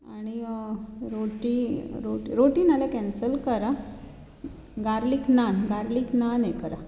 आनी रोटी रोटी नाल्यार कँसल करा गार्लिक नान गार्लिक नान हें करा